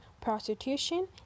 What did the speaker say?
prostitution